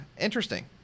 interesting